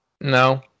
No